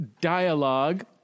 dialogue